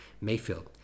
Mayfield